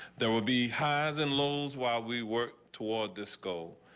there will be highs and lows while we work toward this goal.